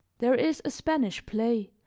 there is a spanish play,